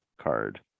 card